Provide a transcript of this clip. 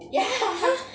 !huh!